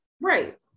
Right